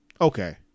okay